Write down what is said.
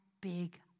big